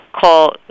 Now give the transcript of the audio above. call